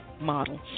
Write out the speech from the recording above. model